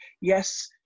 yes